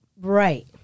Right